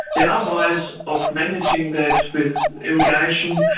there are ways of managing that with irrigation.